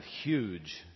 huge